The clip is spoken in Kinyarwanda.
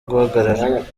guhagarara